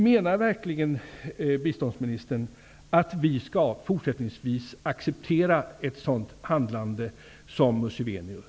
Menar verkligen biståndsministern att vi fortsättningsvis skall acceptera ett sådant handlande som Museveni visar?